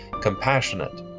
compassionate